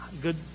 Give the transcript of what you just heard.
good